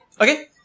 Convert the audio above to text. Okay